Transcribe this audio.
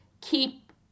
keep